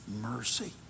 mercy